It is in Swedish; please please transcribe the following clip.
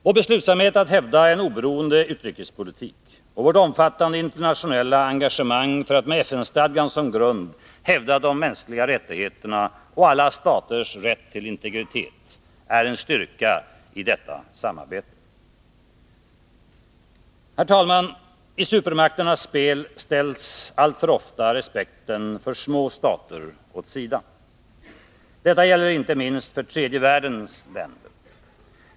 Vår beslutsamhet att hävda en oberoende utrikespolitik och vårt omfattande internationella engagemang för att med FN-stadgan som grund hävda de mänskliga rättigheterna och alla staters rätt till integritet är en styrka i detta samarbete. Herr talman! I supermakternas spel ställs alltför ofta respekten för små stater åt sidan. Detta gäller inte minst för tredje världens länder.